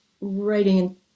writing